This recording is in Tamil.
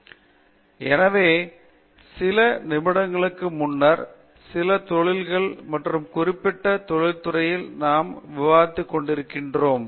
பேராசிரியர் ராஜேஷ் குமார் எனவே சில நிமிடங்களுக்கு முன்னர் சில தொழில்கள் மற்றும் குறிப்பிட்ட தொழிற்துறைகளில் நாம விவாதித்துக் கொண்டிருந்தோம்